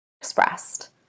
expressed